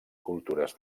cultures